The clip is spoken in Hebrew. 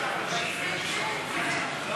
נתקבלו.